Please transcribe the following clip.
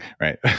right